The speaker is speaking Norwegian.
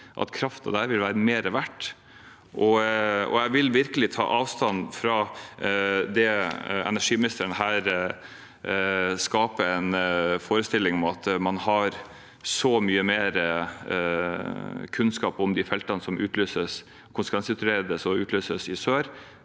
at kraften der vil være mer verdt. Jeg vil virkelig ta avstand fra at energiministeren her skaper en forestilling om at man har så mye mer kunnskap om de feltene som i dag